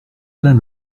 alain